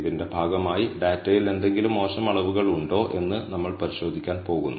ഇതിന്റെ ഭാഗമായി ഡാറ്റയിൽ എന്തെങ്കിലും മോശം അളവുകൾ ഉണ്ടോ എന്ന് നമ്മൾ പരിശോധിക്കാൻ പോകുന്നു